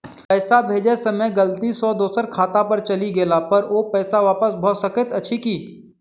पैसा भेजय समय गलती सँ दोसर खाता पर चलि गेला पर ओ पैसा वापस भऽ सकैत अछि की?